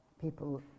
people